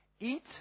eat